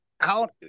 out